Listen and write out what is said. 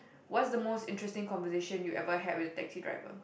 what's the most interesting conversation you ever had with a taxi driver